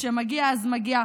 כשמגיע אז מגיע.